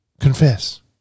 Confess